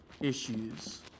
issues